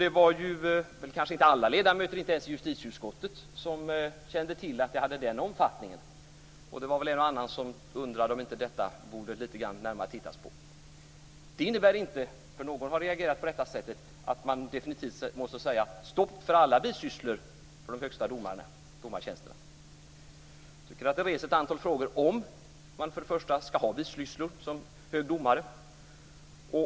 Det var inte alla ledamöter, inte ens i justitieutskottet, som kände till att bisysslorna hade en sådan omfattning. En och annan undrade om man inte borde titta närmare på detta. Någon har reagerat och trott att man måste sätta stopp för alla bisysslor för de allra högsta domartjänsterna. Jag tycker att saken reser frågor som om man över huvud taget skall ha några bisysslor som hög domare.